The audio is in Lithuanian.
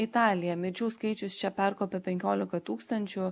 italija mirčių skaičius čia perkopė penkioliką tūkstančių